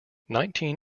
nineteen